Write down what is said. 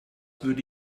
würde